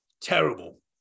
Terrible